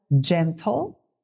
gentle